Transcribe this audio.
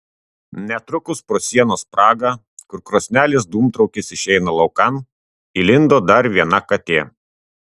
netrukus pro sienos spragą kur krosnelės dūmtraukis išeina laukan įlindo dar viena katė